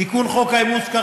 תיקון חוק האימוץ,